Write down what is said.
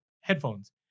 headphones